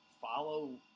follow